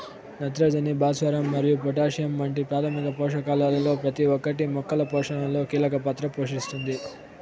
నత్రజని, భాస్వరం మరియు పొటాషియం వంటి ప్రాథమిక పోషకాలలో ప్రతి ఒక్కటి మొక్కల పోషణలో కీలక పాత్ర పోషిస్తుంది